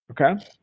Okay